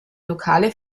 lokale